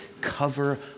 cover